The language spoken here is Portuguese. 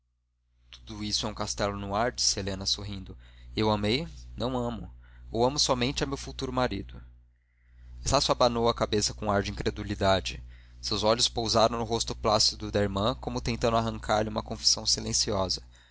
tudo isso é um castelo no ar disse helena sorrindo eu amei não amo ou amo somente a meu futuro marido estácio abanou a cabeça com ar de incredulidade seus olhos pousaram no rosto plácido da irmã como tentando arrancar-lhe uma confissão silenciosa